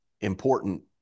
important